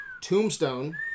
Tombstone